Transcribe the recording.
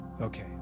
Okay